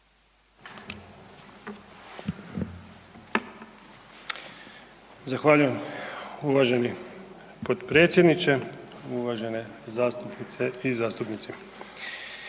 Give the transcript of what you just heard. Zahvaljujem. Uvaženi potpredsjedniče, uvažene zastupnice i zastupnici.